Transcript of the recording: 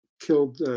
killed